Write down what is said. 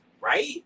Right